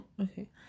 Okay